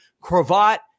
cravat